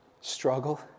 struggle